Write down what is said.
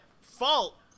fault